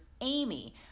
Amy